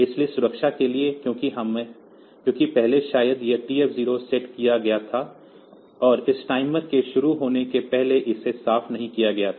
इसलिए सुरक्षा के लिए क्योंकि पहले शायद यह TF0 सेट किया गया था और इस टाइमर के शुरू होने से पहले इसे साफ नहीं किया गया था